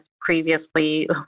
previously